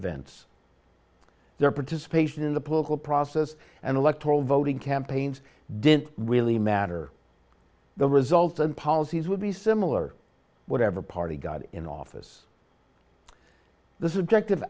events their participation in the political process and electoral vote in campaigns didn't really matter the result and policies would be similar whatever party got in office the subject of